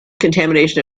contamination